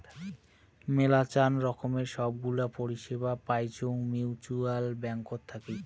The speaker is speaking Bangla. মেলাচান রকমের সব গুলা পরিষেবা পাইচুঙ মিউচ্যুয়াল ব্যাঙ্কত থাকি